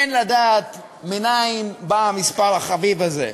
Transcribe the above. אין לדעת מנין בא המספר החביב הזה,